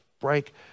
break